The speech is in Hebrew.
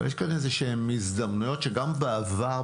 אבל יש כאן הזדמנויות שגם בעבר,